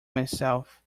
myself